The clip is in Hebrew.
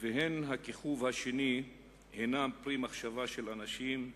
והן הכיכוב השני הם פרי מחשבה של אנשים פרנואידים.